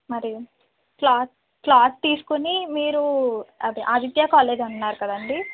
మరి cloth cloth తీసుకుని మీరు అది ఆదిత్య కాలేజీ అన్నారు కదండీ